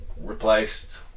Replaced